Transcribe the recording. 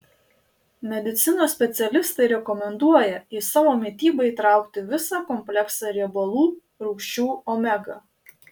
medicinos specialistai rekomenduoja į savo mitybą įtraukti visą kompleksą riebalų rūgščių omega